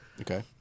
Okay